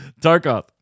tarkov